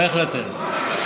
מה החלטתם?